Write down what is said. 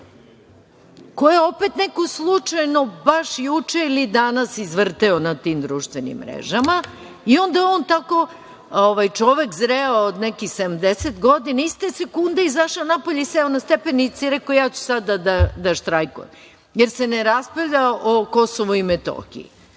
koju je opet neko slučajno baš juče ili danas izvrteo na tim društvenim mrežama i onda je on tako, čovek zreo, od nekih 70 godina, iste sekunde izašao napolje, seo na stepenice i rekao – ja ću sada da štrajkujem, jer se ne raspravlja o Kosovu i Metohiji,